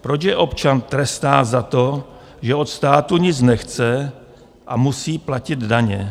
Proč je občan trestá za to, že od státu nic nechce a musí platit daně?